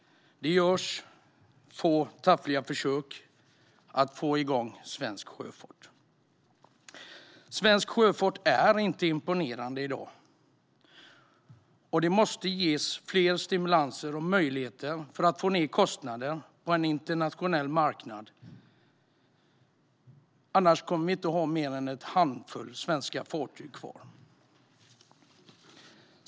Det görs få, taffliga försök att få igång svensk sjöfart. Svensk sjöfart är inte imponerande i dag. Det måste ges fler stimulanser och möjligheter för att få ned kostnaderna på en internationell marknad, annars kommer vi inte att ha mer än en handfull svenska fartyg kvar.